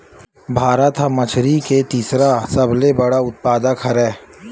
भारत हा मछरी के तीसरा सबले बड़े उत्पादक हरे